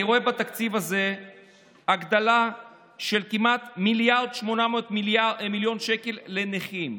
אני רואה בתקציב הזה הגדלה של כמעט 1.8 מיליארד שקל לנכים,